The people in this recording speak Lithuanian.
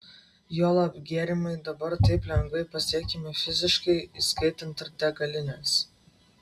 juolab gėrimai dabar taip lengvai pasiekiami fiziškai įskaitant ir degalines